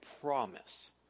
promise